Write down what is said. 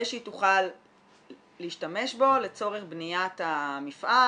שהיא תוכל להשתמש בו לצורך בניית המפעל,